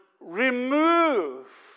remove